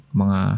mga